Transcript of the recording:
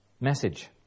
message